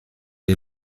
est